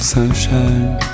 Sunshine